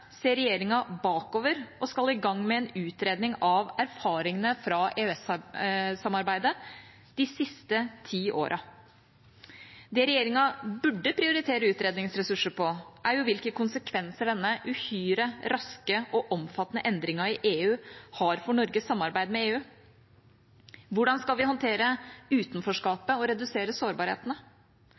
ser regjeringa bakover og skal i gang med en utredning av erfaringene fra EØS-samarbeidet de siste ti årene. Det regjeringa burde prioritere utredningsressurser på, er hvilke konsekvenser denne uhyre raske og omfattende endringen i EU har for Norges samarbeid med EU. Hvordan skal vi håndtere utenforskapet og redusere sårbarhetene?